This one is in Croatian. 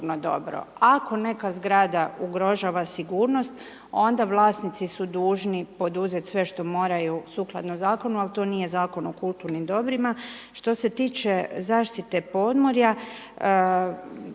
ako neka zgrada ugrožava sigurnost, onda vlasnici su dužni poduzet sve što moraju sukladno zakonu, a to nije Zakon u kulturnim dobrima. Što se tiče zaštite podmorja,